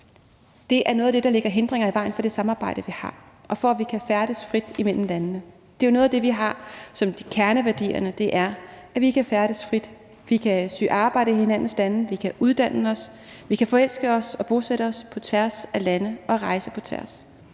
det er noget af det, der lægger hindringer i vejen for det samarbejde, vi har, og for, at vi kan færdes frit mellem landene. Det er jo noget af det, vi har som kerneværdier, nemlig at vi kan færdes frit; vi kan søge arbejde i hinandens lande; vi kan uddanne os; vi kan forelske os og bosætte os på tværs af landegrænser;